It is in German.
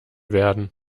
werden